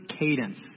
cadence